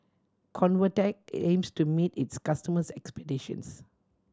Convatec aims to meet its customers' expectations